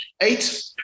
Eight